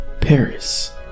Paris